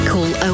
Call